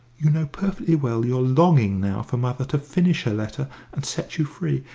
you know perfectly well you're longing now for mother to finish her letter and set you free.